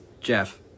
Jeff